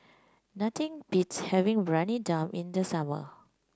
nothing beats having Briyani Dum in the summer